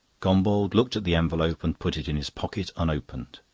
gombauld looked at the envelope and put it in his pocket unopened.